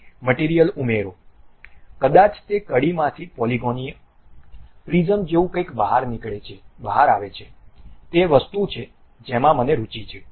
અહીં મટીરીયલ ઉમેરો કદાચ તે કડીમાંથી પોલિગનીય પ્રિઝમ જેવું કંઈક બહાર આવે તે વસ્તુ છે જેમાં મને રુચિ છે